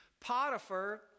Potiphar